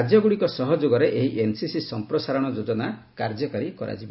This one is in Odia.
ରାଜ୍ୟଗୁଡ଼ିକ ସହଯୋଗରେ ଏହି ଏନ୍ସିସି ସମ୍ପ୍ରସାରଣ ଯୋଜନା କାର୍ଯ୍ୟକାରୀ କରାଯିବ